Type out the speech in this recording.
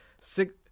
six